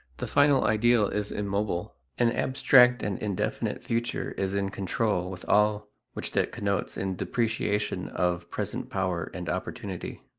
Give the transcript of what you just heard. the final ideal is immobile. an abstract and indefinite future is in control with all which that connotes in depreciation of present power and opportunity.